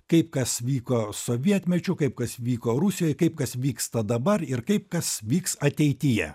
kaip kas vyko sovietmečiu kaip kas vyko rusijoje kaip kas vyksta dabar ir kaip kas vyks ateityje